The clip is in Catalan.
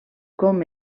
com